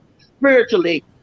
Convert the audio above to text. spiritually